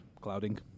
Clouding